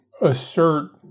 assert